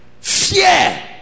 fear